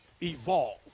evolve